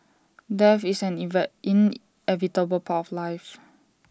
death is an inevitable part of life